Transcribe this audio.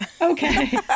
Okay